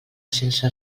sense